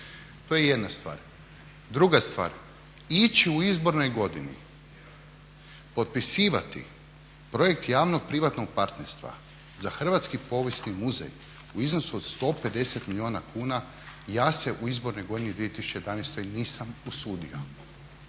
To je jedna stvar. Druga stvar. Ići u izbornoj godini potpisivati projekt javnog privatnog partnerstva za Hrvatski povijesni muzej u iznosu od 150 milijuna kuna ja se u izbornoj godini 2011. nisam usudio,